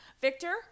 Victor